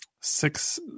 six